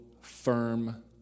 firm